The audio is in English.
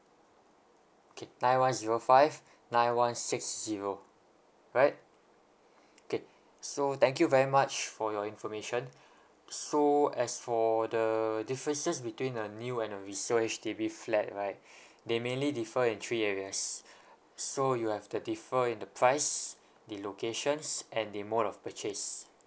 K nine one zero five nine one six zero right K so thank you very much for your information so as for the differences between a new and a resale H_D_B flat right they mainly differ in three areas so you have the differ in the price the locations and the mode of purchase